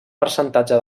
percentatge